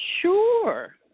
Sure